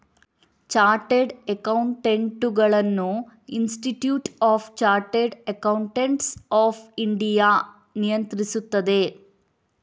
chartered ಅಕೌಂಟೆಂಟುಗಳನ್ನು institute of chartered accountants of India ನಿಯಂತ್ರಿಸುತ್ತದೆ